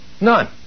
None